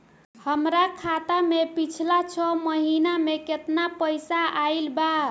हमरा खाता मे पिछला छह महीना मे केतना पैसा आईल बा?